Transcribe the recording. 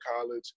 college